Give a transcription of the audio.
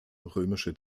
römische